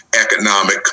economic